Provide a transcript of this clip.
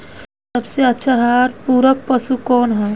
सबसे अच्छा आहार पूरक पशु कौन ह?